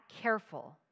careful